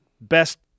best